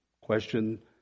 question